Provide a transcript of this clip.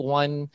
one